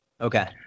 Okay